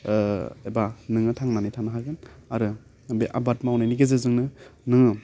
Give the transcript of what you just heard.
ओह एबा नोङो थांनानै थानो हागोन आरो बे आबाद मावनायनि गेजेरजोंनो नोङो